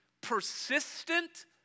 persistent